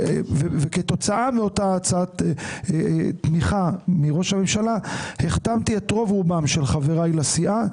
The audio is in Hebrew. וכתוצאה מאותה תמיכה מראש הממשלה החתמתי את רוב רובם של חבריי לסיעה.